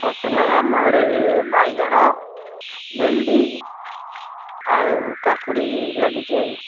ଫସଲ ଆମ ଆଡ଼େ ବାଇଗଣ ଭେଣ୍ଡି ଆଉ କାକୁଡ଼ି ଲାଗିଛି ଆଉ